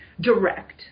direct